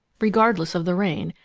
regardless of the rain,